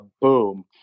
boom